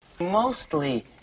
Mostly